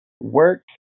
work